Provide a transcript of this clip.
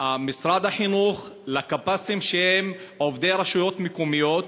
משרד החינוך לקב"סים שהם עובדי רשויות מקומיות.